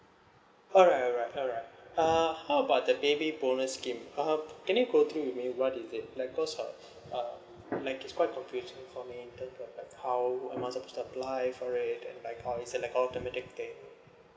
alright alright alright uh how about the baby bonus scheme uh mm can you go through with me what is it like cause of um like it's quite confusing for me then the like how I must ap~ apply for it and like how is that like the automatic thing